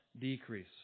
decrease